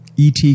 ET